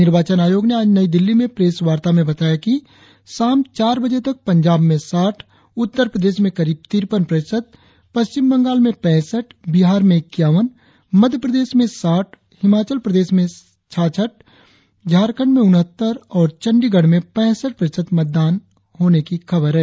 निर्वाचन आयोग ने आज नई दिल्ली में प्रेस वार्ता में बताया कि पंजाब में साठ उत्तर प्रदेश में करीब तिरपन प्रतिशत पश्चिम बंगाल में पैंसठ बिहार में इक्कावन मध्य प्रदेश में साठ हिमाचल प्रदेश में सासठ झारखंड में उनहत्तर और चंडीगढ़ में पैंसठ प्रतिशत मतदान होने की खबर है